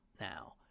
now